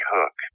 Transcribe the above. Hook